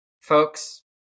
Folks